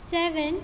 seven